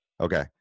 Okay